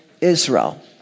Israel